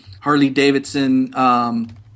Harley-Davidson